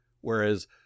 Whereas